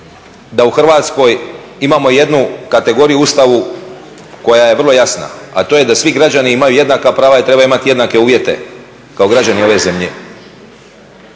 da u Hrvatskoj imamo jednu kategoriju u Ustavu koja je vrlo jasna, a to je da svi građani imaju jednaka prava i trebaju imati jednake uvjete kao građani ove zemlje.